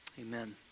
Amen